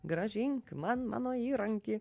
grąžink man mano įrankį